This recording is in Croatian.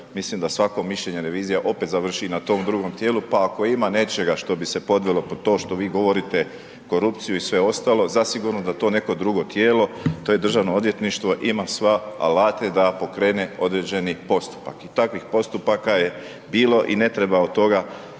mislim da svako mišljenje revizija opet završi na tom drugom tijelu, pa ako ima nečega što bi se podvelo pod to što vi govorite korupciju i sve ostalo, zasigurno da to neko drugo tijelo, to je Državno odvjetništvo ima sva alate da pokrene određeni postupak i takvih postupaka je bilo i ne treba od toga